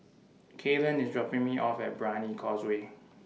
Kylan IS dropping Me off At Brani Causeway